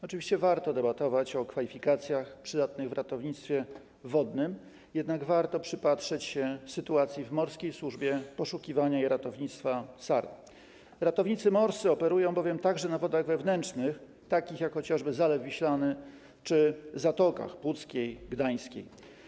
Oczywiście warto debatować o kwalifikacjach przydatnych w ratownictwie wodnym, jednak warto też przypatrzeć się sytuacji w Morskiej Służbie Poszukiwania i Ratownictwa, SAR, bowiem ratownicy morscy operują także na wodach wewnętrznych, takich jak chociażby Zalew Wiślany, czy w zatokach: Zatoce Puckiej, Zatoce Gdańskiej.